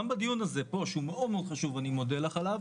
גם בדיון הזה פה שהוא מאוד חשוב ואני מודה לך עליו,